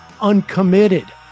uncommitted